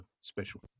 special